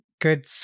good